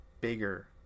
bigger